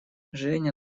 женя